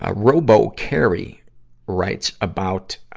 ah robo-carrie writes about, um,